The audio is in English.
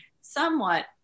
somewhat